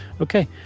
Okay